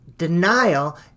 Denial